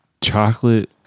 chocolate